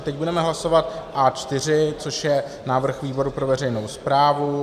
Teď budeme hlasovat A4, což je návrh výboru pro veřejnou správu.